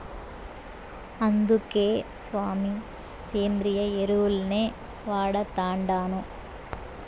అందుకే సామీ, సేంద్రియ ఎరువుల్నే వాడతండాను